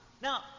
Now